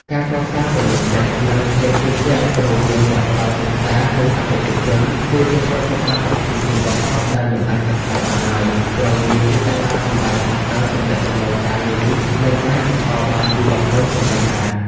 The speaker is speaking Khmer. ការកសាងទំនុកចិត្ត និងភាពជឿជាក់រវាងអ្នកផ្ដល់ប្រឹក្សា និងអតិថិជន គឺជាទ្រព្យសម្បត្តិដ៏ធំធេងបំផុតដែលមិនអាចកាត់ថ្លៃបានឡើយ ព្រោះវាជាកត្តាសម្រេចថាតើទំនាក់ទំនងការងារនេះនឹងអាចបន្តបានយូរអង្វែងកម្រិតណា។